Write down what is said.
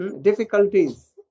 difficulties